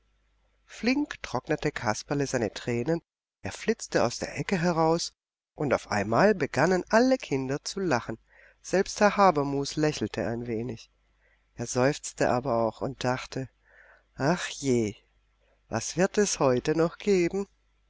flink trocknete kasperle seine tränen er flitzte aus der ecke heraus und auf einmal begannen alle kinder zu lachen selbst herr habermus lächelte ein wenig er seufzte aber auch und dachte ach je was wird es heute noch geben